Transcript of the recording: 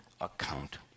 account